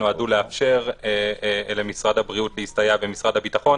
שנועדו לאפשר למשרד הבריאות להסתייע במשרד הביטחון.